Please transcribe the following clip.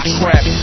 trap